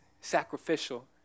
sacrificial